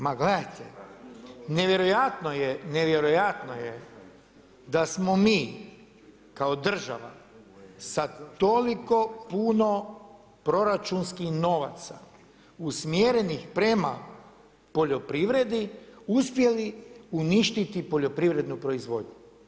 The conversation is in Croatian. Ma gledajte, nevjerojatno je da smo mi kao država sa toliko puno proračunskih novaca usmjerenih prema poljoprivredi uspjeli uništiti poljoprivrednu proizvodnju.